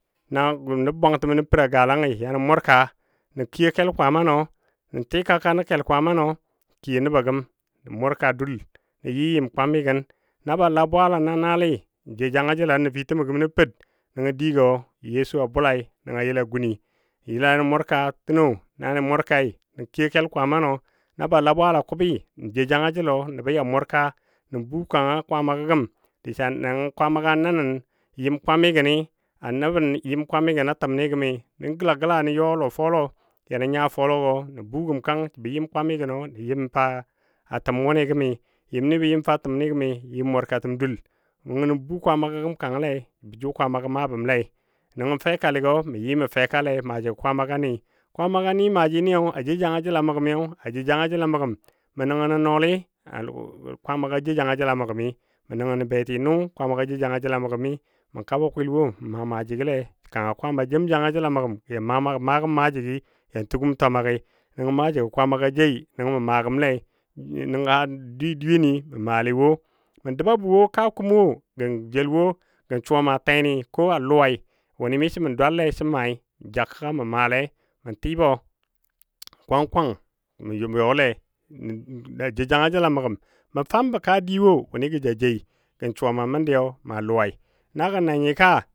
mʊr nəb bwangtəmɔ nə Per a galangyi yani mʊrka nə kiyo kel kwaamanɔ nə tikaka nən kel kwaama nɔ n kiyo nəbo gəm mʊrka dul bə yɨ yɨm kwamigən na ba la bwaala na naali n jou janga jəlla nəfitəmɔ gəm nə Ped nəngɔ digɔ Yesu a bula a yəla gun. Yəla nə yani mʊrka təno nanə mʊrkai nə kiyo kel kwaamanɔ. Naba la bwaala kubɨɨ n jou janga jəlɔ yanə mʊrka tənɔ nə buu kwaama gəm diso kwaama a nəbən yɨm kwamigən a təmi gəmi, nə gəla gəla nə yɔ a lɔfolo yani nya fologɔ nə buugəm kang jəbɔ yɨm kwanigənɔ yɨm fa a təm wʊnɨ gəmi, yɨm ni bə yɨm fa təmni yɨm mʊrkatəm dul. Nəngɔ nə bu kwaama gəm kangle jəbɔ jʊ Kwaamagɔ maa bəmlei nəngɔ fɛkaligo mi mə fɛle a maaji Kwaama ga ni. Kwaama ni maaji niyo a jou jangajəl gəmi a jou janga jəl mə gəm mə nəngən na nɔɔli Kwaama jou janga jəl a mə gəmi, mə nəngəna beti nʊ Kwaamaga jou jangajel a mə gəmi mə kabɔ kwil wo mə maa maaji gəle kanga kwaama jem janga jəl a mə gam yan məgəm yan magəm maajigi yan tugəm twama gəi nəngɔ maaji kwaama jei nəngo mə maa gəmle nəngɔ dweyeni mə maale woi, mə dəla bɔ wo kaa kum wo gən jel wo gə suwa ma teni ko a luwai wʊnɨ miso mə dwalle sən maai n ja kəgga mə maale mə tɨbɔ kwang kwang mə yɔlle ja jou janga jəl a mə gəm mə fambɔ kaa di wo wʊnɨ gə ja joui sə suwa mə a məndi a luwai, na gəna nyi ka